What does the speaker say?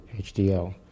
HDL